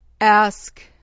Ask